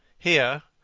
here,